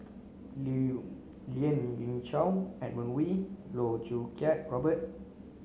Lien Ying Chow Edmund Wee Loh Choo Kiat Robert